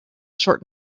short